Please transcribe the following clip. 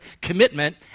commitment